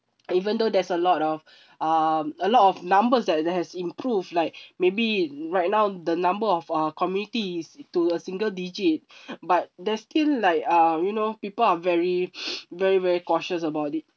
even though there's a lot of um a lot of numbers that that has improve like maybe right now the number of uh committees to a single digit but there's still like uh you know people are very very very cautious about it